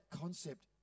concept